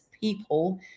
people